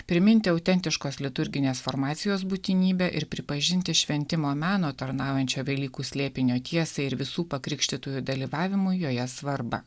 priminti autentiškos liturginės farmacijos būtinybę ir pripažinti šventimo meno tarnaujančią velykų slėpinio tiesai ir visų pakrikštytųjų dalyvavimo joje svarbą